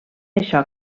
això